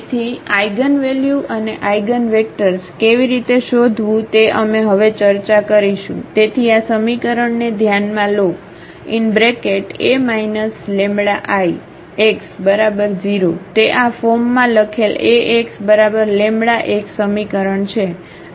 તેથી આઇગનવેલ્યુ અને આઇગનવેક્ટર્સ કેવી રીતે શોધવું તે અમે હવે ચર્ચા કરીશું તેથી આ સમીકરણને ધ્યાનમાં લો A λIx0 તે આ ફોર્મમાં લખેલ Ax λx સમીકરણ છે